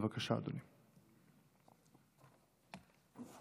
בבקשה, אדוני.